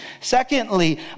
Secondly